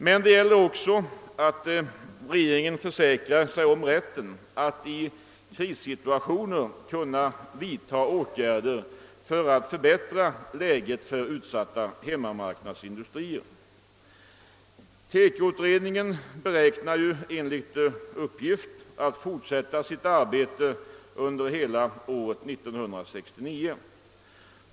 Det gäller emellertid också för regeringen att försäkra sig om rätten att i krissituationer kunna vidta åtgärder för att förbättra läget för utsatta hemmamarknadsindustrier. TEKO-utredningen beräknar enligt uppgift att fortsätta sitt arbete under hela året 1969.